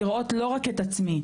של לראות לא רק את עצמי,